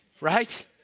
Right